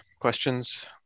questions